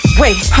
wait